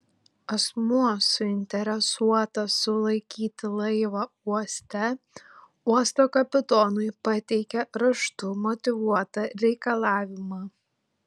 asmuo suinteresuotas sulaikyti laivą uoste uosto kapitonui pateikia raštu motyvuotą reikalavimą